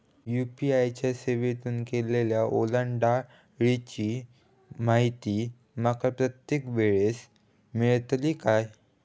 UPI च्या सेवेतून केलेल्या ओलांडाळीची माहिती माका प्रत्येक वेळेस मेलतळी काय?